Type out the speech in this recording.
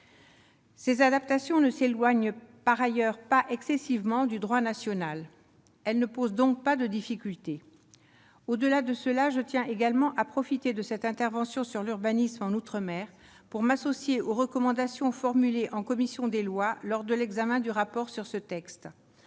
Ces adaptations ne s'éloignent par ailleurs pas excessivement du droit national. Elles ne posent donc pas de difficultés. Je tiens également à profiter de cette intervention sur l'urbanisme en outre-mer pour m'associer aux recommandations formulées lors de l'examen par la commission des lois du rapport sur ce texte.